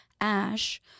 Ash